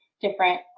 different